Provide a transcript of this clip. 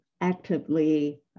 actively